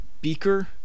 Beaker